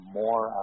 more